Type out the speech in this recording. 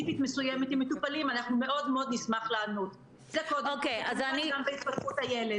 נקודה עיקרית מתייחסת לתע”ס